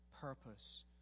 purpose